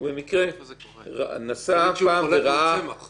במקום לבוא ולומר שאין לו מה לומר,